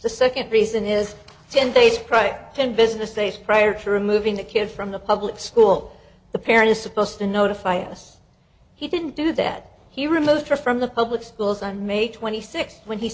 the second reason is ten days prior ten business days prior to removing the kid from the public school the parent is supposed to notify us he didn't do that he removed her from the public schools on may twenty sixth when he